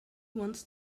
wants